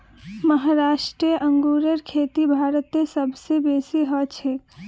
महाराष्ट्र अंगूरेर खेती भारतत सब स बेसी हछेक